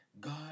God